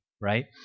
right